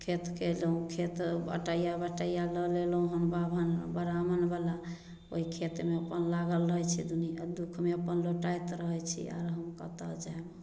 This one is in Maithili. खेत केलौं खेत बटैया बटैया लऽ लेलहुॅं हँ बाभन ब्राह्मण बला ओय खेत मे अपन लागल रहै छियै दुनिया दुःख मे अपन लोटैत रहै छी आर हम कतौ जैब